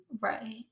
Right